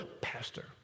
Pastor